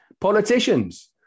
politicians